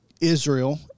Israel